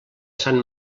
sant